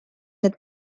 need